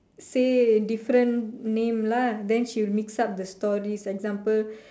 say different name lah then she will mix up the stories example